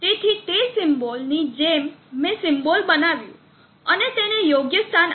તેથી તે સિમ્બોલ ની જેમ મેં સિમ્બોલ બનાવ્યું અને તેને યોગ્ય સ્થાન આપ્યું